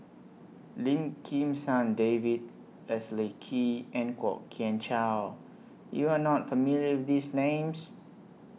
Lim Kim San David Leslie Kee and Kwok Kian Chow YOU Are not familiar with These Names